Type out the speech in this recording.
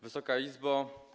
Wysoka Izbo!